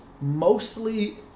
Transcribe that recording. mostly